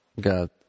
God